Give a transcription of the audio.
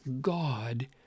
God